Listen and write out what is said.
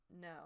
no